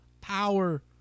power